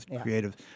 creative